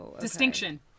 Distinction